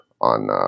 on